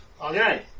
Okay